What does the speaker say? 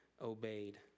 obeyed